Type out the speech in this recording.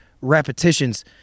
repetitions